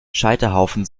scheiterhaufen